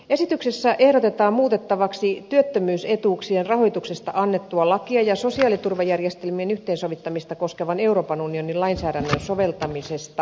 esityksessä ehdotetaan muutettavaksi työttömyysetuuksien rahoituksesta annettua lakia ja sosiaaliturvajärjestelmien yhteensovittamista koskevan euroopan unionin lainsäädännön soveltamisesta annettua lakia